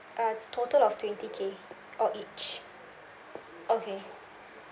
uh total of twenty K or each okay